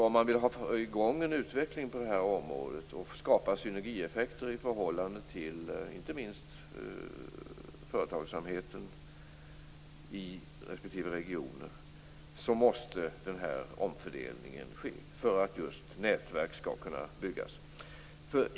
Om man vill ha i gång en utveckling på det här området och skapa synergieffekter, inte minst i förhållande till företagsamheten i respektive region, måste den här omfördelningen ske för att nätverk skall kunna byggas.